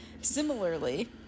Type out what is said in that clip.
Similarly